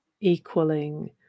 equaling